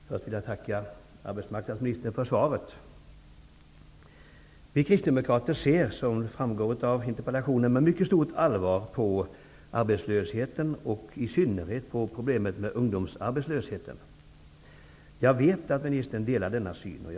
Herr talman! Först vill jag tacka arbetsmarknadsministern för svaret. Vi kristdemokrater ser, som framgår av min interpellation, mycket allvarligt på arbetslösheten och, i synnerhet, på problemet med ungdomsarbetslösheten. Jag vet att ministern delar denna uppfattning.